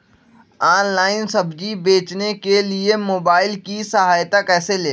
Online सब्जी बेचने के लिए मोबाईल की सहायता कैसे ले?